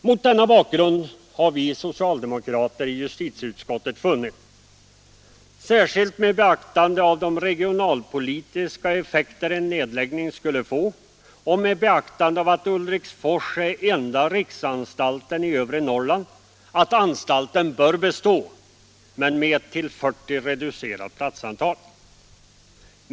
Mot denna bakgrund har vi socialdemokrater i justitieutskottet funnit — särskilt med beaktande av de regionalpolitiska effekter en nedläggning skulle få och med beaktande av att Ulriksfors är den enda riksanstalten i övre Norrland — att anstalten bör få bestå, men med ett till 40 reducerat platsantal.